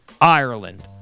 Ireland